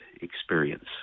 experience